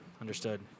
Understood